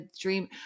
dream